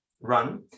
run